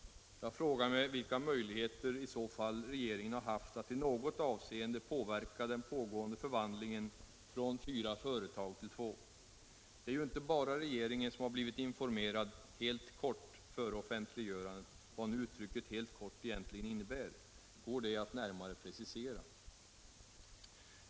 Jag frågar mig vilka möjligheter i så fall regeringen har haft att i något avseende påverka den pågående förvandlingen från fyra företag till två. Det är ju inte bara regeringen som har blivit informerad helt kort före offentliggörandet — vad nu uttrycket ”helt kort” egentligen innebär. Går det att närmare precisera?